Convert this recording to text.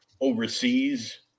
overseas